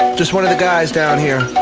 just one of the guys down here.